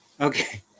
Okay